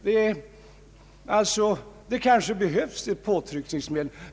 Det kanske behövs påtryckningar även här.